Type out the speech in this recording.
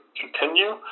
continue